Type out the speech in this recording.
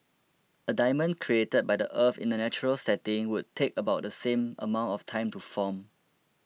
a diamond created by the earth in a natural setting would take about the same amount of time to form